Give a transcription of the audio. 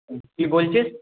কি বলছিস